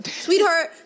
Sweetheart